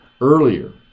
earlier